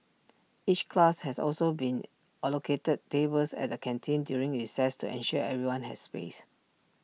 each class has also been allocated tables at the canteen during recess to ensure everyone has space